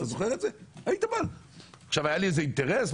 היה לי אינטרס?